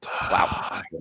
Wow